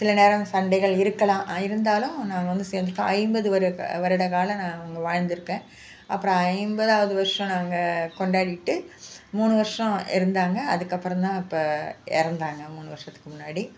சில நேரம் சண்டைகள் இருக்கலாம் இருந்தாலும் நாங்கள் வந்து சேர்ந்து ஐம்பது வரு வருட காலம் நான் அங்கே வாழ்ந்திருக்கேன் அப்புறம் ஐம்பதாவது வருஷம் நாங்கள் கொண்டாடிவிட்டு மூணு வருஷம் இருந்தாங்க அதற்கு அப்புறம் தான் இப்போ இறந்தாங்க மூணு வருஷத்துக்கு முன்னாடி